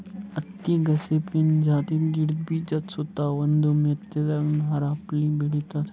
ಹತ್ತಿ ಗಾಸಿಪಿಯನ್ ಜಾತಿದ್ ಗಿಡದ ಬೀಜಾದ ಸುತ್ತಾ ಒಂದ್ ಮೆತ್ತಗ್ ನಾರ್ ಅಪ್ಲೆ ಬೆಳಿತದ್